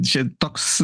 čia toks